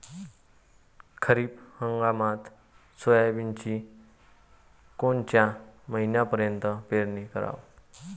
खरीप हंगामात सोयाबीनची कोनच्या महिन्यापर्यंत पेरनी कराव?